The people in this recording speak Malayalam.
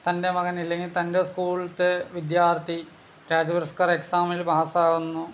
തൻ്റെ മകൻ ഇല്ലെങ്കിൽ തൻ്റെ സ്കൂളിലത്തെ വിദ്യാർത്ഥി രാജപുരസ്കാർ എക്സാമിൽ പാസ്സാകുന്നു